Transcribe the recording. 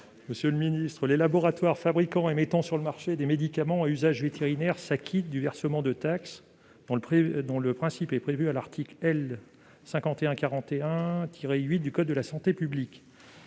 n° I-423 rectifié . Les laboratoires fabriquant et mettant sur le marché des médicaments à usage vétérinaire s'acquittent du versement de taxes, dont le principe est prévu à l'article L. 5141-8 du code de la santé publique.